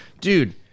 dude